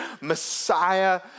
Messiah